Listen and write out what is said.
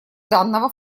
данного